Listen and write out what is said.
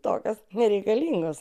tokios nereikalingos